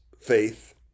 faith